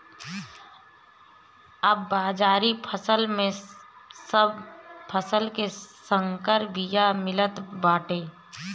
अब बाजारी में सब फसल के संकर बिया मिलत बाटे